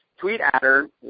TweetAdder